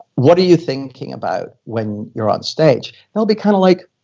what are you thinking about when you're on stage, they'll be kind of like,